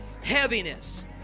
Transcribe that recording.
heaviness